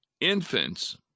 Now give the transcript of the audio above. infants